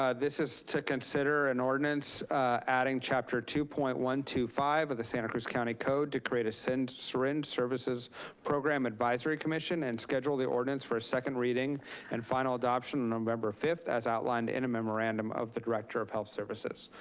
ah this is to consider an ordinance adding chapter two point one two five of the santa cruz county code to create a syringe services program advisory commission, and schedule the ordinance for a second reading and final adoption november fifth as outlined in a memorandum of the director of health services.